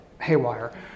haywire